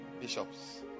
bishops